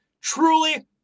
truly